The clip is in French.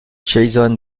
jason